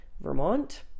Vermont